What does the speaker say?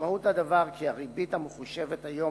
משמעות הדבר היא כי הריבית המחושבת היום,